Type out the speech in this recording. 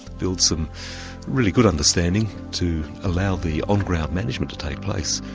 build some really good understanding to allow the on ground management to take place,